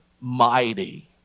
mighty